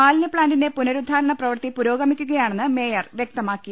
മാലിന്യ പ്ലാന്റിന്റെ പുനരുദ്ധാരണ പ്രവൃത്തി പുരോ ഗമിക്കുകയാണെന്ന് മേയർ വ്യക്തമാക്കി